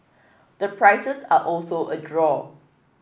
the prices are also a draw